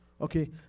Okay